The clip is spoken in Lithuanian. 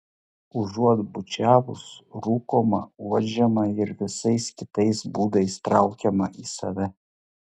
užuot bučiavus rūkoma uodžiama ir visais kitais būdais traukiama į save